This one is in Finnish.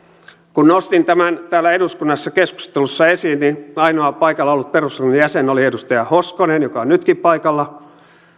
kun nostin tämän täällä eduskunnassa keskustelussa esiin niin ainoa paikalla ollut perustuslakivaliokunnan jäsen oli edustaja hoskonen joka on nytkin paikalla